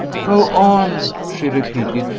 go on! she repeated.